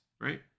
right